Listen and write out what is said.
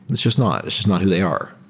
it's just not. it's just not who they are,